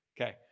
Okay